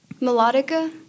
melodica